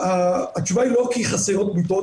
התשובה היא לא כי חסרות מיטות,